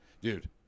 Dude